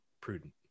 prudent